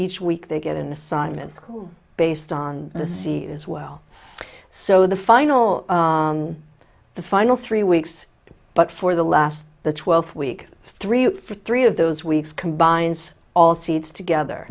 each week they get an assignment school based on the sea as well so the final the final three weeks but for the last the twelfth week three for three of those weeks combines all seeds